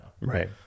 right